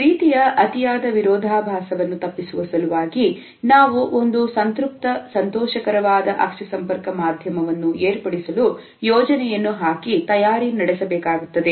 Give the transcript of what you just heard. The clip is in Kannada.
ಈ ರೀತಿಯ ಅತಿಯಾದ ವಿರೋಧಾಭಾಸವನ್ನು ತಪ್ಪಿಸುವ ಸಲುವಾಗಿ ನಾವು ಒಂದು ಸಂತೃಪ್ತ ಸಂತೋಷಕರವಾದ ಅಕ್ಷಿ ಸಂಪರ್ಕ ಮಾಧ್ಯಮವನ್ನು ಏರ್ಪಡಿಸಲು ಯೋಜನೆಯನ್ನು ಹಾಕಿ ತಯಾರಿ ನಡೆಸಬೇಕಾಗುತ್ತದೆ